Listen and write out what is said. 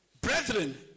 Brethren